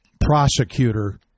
prosecutor